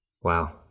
Wow